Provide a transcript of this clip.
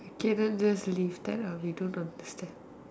okay then just leave that out we don't talk this then